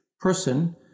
person